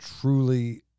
truly